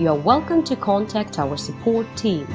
you are welcome to contact our support team.